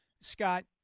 Scott